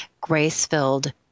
grace-filled